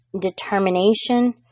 determination